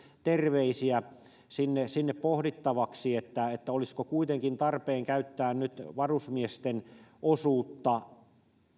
terveisiä sinne sinne pohdittavaksi että olisiko kuitenkin tarpeen nyt käyttää varusmiesten osuutta